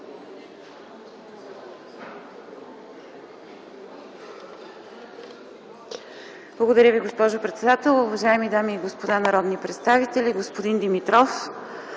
Благодаря Ви, госпожо председател. Уважаеми дами и господа народни представители, господин Димитров,